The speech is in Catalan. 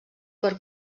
per